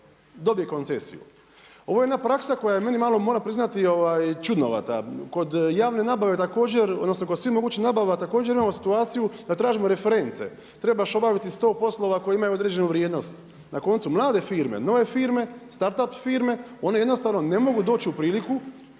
dobije koncesiju? Ovo je jedna praksa koja je meni malo moram priznati čudnovata. Kod javne nabave također odnosno kod svih mogućih nabava također imamo situaciju da tražimo reference. Trebaš obaviti sto poslova koji imaju određenu vrijednost. Na koncu, mlade firme, nove firme start up firme one jednostavno ne mogu doć u priliku